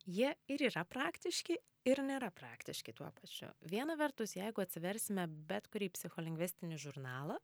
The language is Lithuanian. jie ir yra praktiški ir nėra praktiški tuo pačiu viena vertus jeigu atsiversime bet kurį psicholingvistinį žurnalą